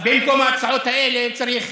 במקום ההצעות האלה צריך